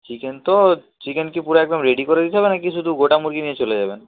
chicken তো chicken কি পুরো একদম রেডি করে দিতে হবে না কি শুধু গোটা মুরগি নিয়ে চলে যাবেন